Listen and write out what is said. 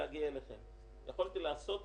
שקל אני תיכף גם אגיד משהו על סף הסכום,